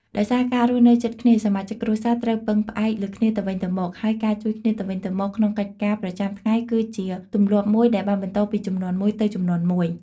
ដោយសារការរស់នៅជិតគ្នា សមាជិកគ្រួសារត្រូវពឹងផ្អែកលើគ្នាទៅវិញទៅមក ហើយការជួយគ្នាទៅវិញទៅមកក្នុងកិច្ចការប្រចាំថ្ងៃគឺជាទម្លាប់មួយដែលបានបន្តពីជំនាន់មួយទៅជំនាន់មួយ។